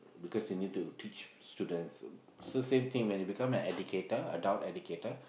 because you need to teach students so same thing when you become an educator adult educator